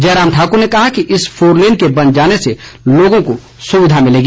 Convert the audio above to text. जयराम ठाकुर ने कहा कि इस फोरलेन के बन जाने से लोगों को सुविधा मिलेगी